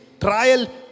trial